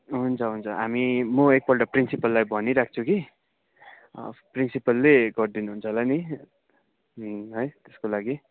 हुन्छ हुन्छ हामी म एकपल्ट प्रिन्सिपललाई भनिराख्छु कि प्रिन्सिपलले गरिदिनुहुन्छ होला नि है त्यसको लागि